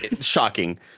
shocking